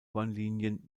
bahnlinien